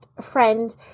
friend